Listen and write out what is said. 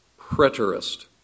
preterist